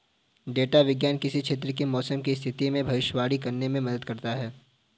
data विज्ञान किसी क्षेत्र की मौसम की स्थिति की भविष्यवाणी करने में मदद करता है